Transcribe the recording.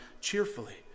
cheerfully